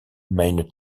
mijn